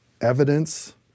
evidence